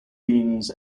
beans